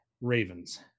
Ravens